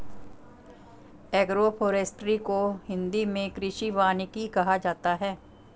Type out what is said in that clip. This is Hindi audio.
एग्रोफोरेस्ट्री को हिंदी मे कृषि वानिकी कहा जाता है